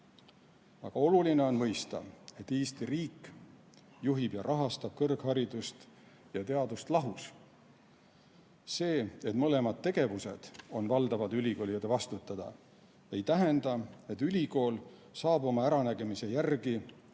Aga oluline on mõista, et Eesti riik juhib ja rahastab kõrgharidust ja teadust lahus. See, et mõlemad tegevused on valdavalt ülikoolide vastutada, ei tähenda, et ülikool saab oma äranägemise järgi